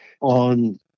on